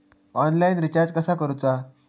Online recharge कसा करूचा?